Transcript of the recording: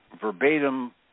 verbatim